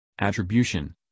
Attribution